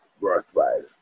worthwhile